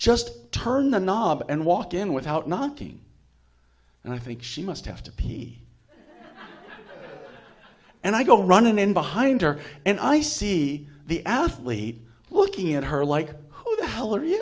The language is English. just turn the knob and walk in without knocking and i think she must have to be and i go running in behind her and i see the athlete looking at her like who the hell are you